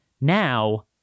Now